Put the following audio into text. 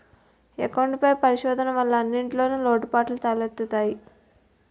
account పై పరిశోధన వల్ల అన్నింటిన్లో లోటుపాటులు తెలుత్తయి